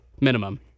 minimum